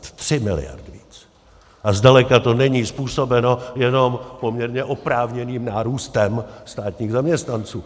A zdaleka to není způsobeno jenom poměrně oprávněným nárůstem státních zaměstnanců.